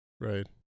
Right